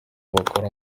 bakura